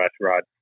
rod